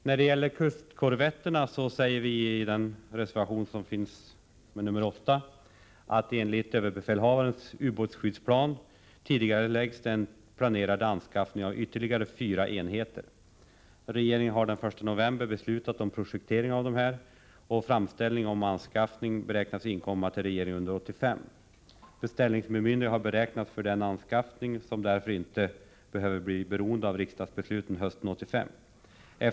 När det gäller kustkorvetterna säger vi i reservation 8 att den planerade anskaffningen av ytterligare fyra enheter tidigareläggs enligt överbefälhavarens ubåtsskyddsplan. Regeringen har den 1 november beslutat om projektering av dessa enheter, och framställning om anskaffning beräknas inkomma till regeringen under 1985. Beställningsbemyndiganden har beräknats för den anskaffningen, som därför inte behöver bli beroende av riksdagsbeslut hösten 1985.